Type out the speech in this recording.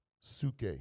suke